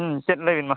ᱪᱮᱫ ᱞᱟᱹᱭ ᱵᱤᱱ ᱢᱟ